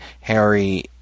Harry